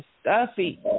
stuffy